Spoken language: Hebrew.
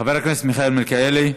חבר הכנסת מיכאל מלכיאלי,